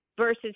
versus